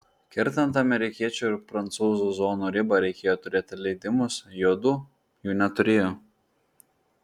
kertant amerikiečių ir prancūzų zonų ribą reikėjo turėti leidimus juodu jų neturėjo